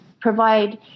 provide